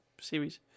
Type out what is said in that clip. series